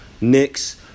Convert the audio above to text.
Knicks